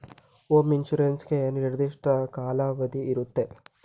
home insurance ಗೆ ನಿರ್ದಿಷ್ಟ ಕಾಲಾವಧಿ ಇರುತ್ತೆ